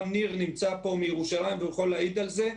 גם ניר נמצא פה, מירושלים, והוא יכול להעיד על זה.